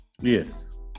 Yes